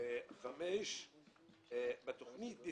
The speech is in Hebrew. מי